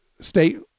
state